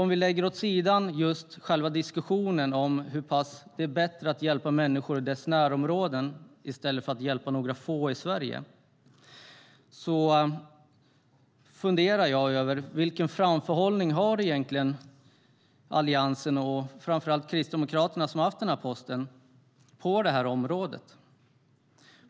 Om vi lägger åt sidan diskussionen om ifall det är bättre att hjälpa människor i närområdena än att hjälpa några få i Sverige funderar jag på vilken framförhållning Alliansen och särskilt Kristdemokraterna, som innehaft bostadsministerposten, egentligen har.